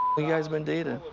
you guys been dating?